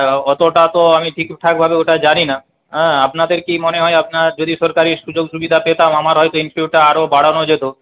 অতটা তো আমি ঠিকঠাকভাবে আমি ওটা জানি না হ্যাঁ আপনার কি মনে হয় আপনার যদি সরকারি সুযোগ সুবিধা পেতাম আমার হয়তো আরও বাড়ানো যেত